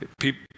people